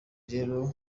rero